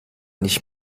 nicht